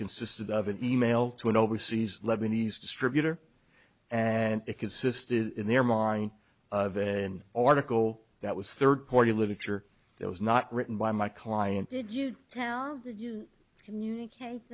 consisted of an e mail to an overseas lebanese distributor and it consisted in their mind of in article that was third party literature that was not written by my client did you tell did you communicate